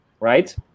right